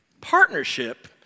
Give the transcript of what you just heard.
Partnership